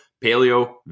paleo